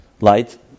light